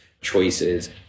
choices